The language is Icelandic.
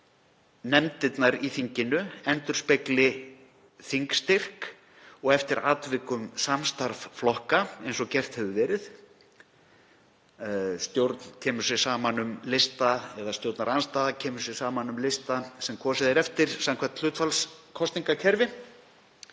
nefndirnar í þinginu endurspegli þingstyrk og eftir atvikum samstarf flokka eins og verið hefur. Stjórn kemur sér saman um lista, eða stjórnarandstaðan, sem kosið er eftir samkvæmt hlutfallskosningakerfi.